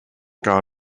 gar